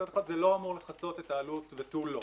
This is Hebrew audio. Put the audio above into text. מצד אחד זה לא אמור לכסות את העלות ותו לא.